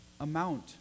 amount